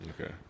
Okay